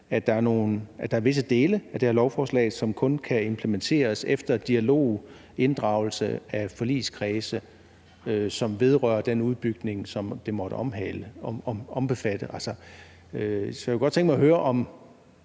at der er visse dele af det her lovforslag, som kun kan implementeres efter dialog og inddragelse af de forligskredse, som er involveret i den udbygning, som det måtte omfatte. Så jeg kunne godt tænke mig at høre, om